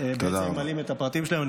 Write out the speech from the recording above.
ובעצם ממלאים את הפרטים שלהם -- תודה רבה.